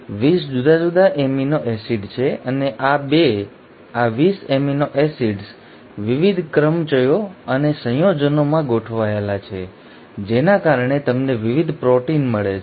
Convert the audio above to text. ૨૦ જુદા જુદા amino acid છે અને આ ૨૦ એમિનો એસિડ્સ વિવિધ ક્રમચયો અને સંયોજનો માં ગોઠવાયેલા છે જેના કારણે તમને વિવિધ પ્રોટીન મળે છે